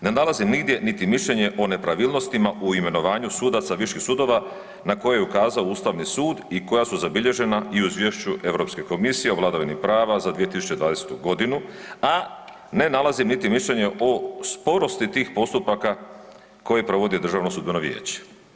Ne nalazim nigdje niti mišljenje o nepravilnostima u imenovanju sudaca viših sudova na koje je ukazao Ustavni sud i koja su zabilježena i u izvješću Europske komisije o vladavini prava za 2020. godinu, a ne nalazim niti mišljenje o sporosti tih postupaka koje provodi državno sudbeno vijeće.